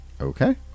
Okay